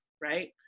right